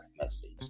message